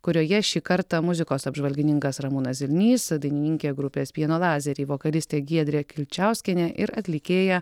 kurioje šį kartą muzikos apžvalgininkas ramūnas zilnys dainininkė grupės pieno lazeriai vokalistė giedrė kilčiauskienė ir atlikėja